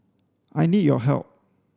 I need your help